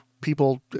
people